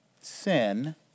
Sin